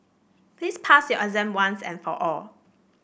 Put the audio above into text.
please pass your exam once and for all